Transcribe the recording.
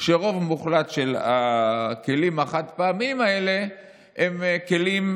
שרוב מוחלט של הכלים החד-פעמיים האלה הם כלים,